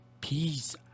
peace